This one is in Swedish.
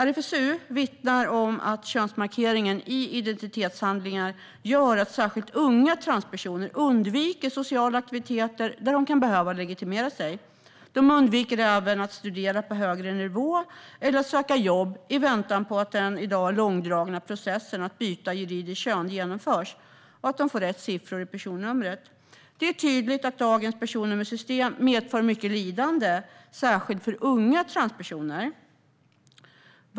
RFSU vittnar om att könsmarkeringen i identitetshandlingar gör att särskilt unga transpersoner undviker sociala aktiviteter där de kan behöva legitimera sig. De undviker även att studera på högre nivå eller söka jobb i väntan på att den i dag långdragna processen att byta juridiskt kön genomförs och de får rätt siffror i personnumret. Det är tydligt att dagens personnummersystem medför mycket lidande, särskilt för unga transpersoner.